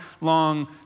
long